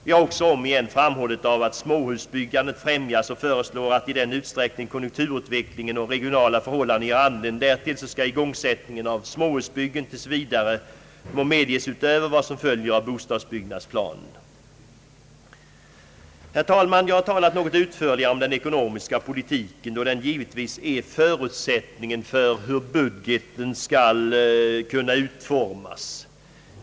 Vi har också omigen framhållit önskvärdheten av att småhusbyggandet främjas och föreslår att, i den utsträckning konjunkturutvecklingen och regionala förhållanden ger anledning därtill, igångsättning av småhusbyggen tills vidare må medges utöver vad som följer av bostadsbyggnadsplanen. Herr talman! Jag har talat något utförligare om den ekonomiska politiken då den givetvis är förutsättningen för hur budgeten skall kunna utformas.